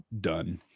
done